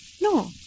No